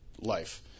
life